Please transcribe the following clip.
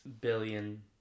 billion